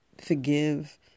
Forgive